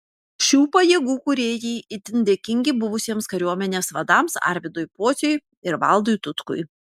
šių pajėgų kūrėjai itin dėkingi buvusiems kariuomenės vadams arvydui pociui ir valdui tutkui